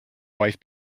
wife